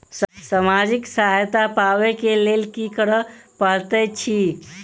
सामाजिक सहायता पाबै केँ लेल की करऽ पड़तै छी?